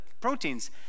proteins